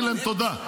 אז נגיד להם תודה.